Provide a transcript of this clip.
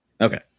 Okay